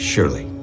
Surely